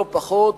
לא פחות,